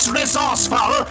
resourceful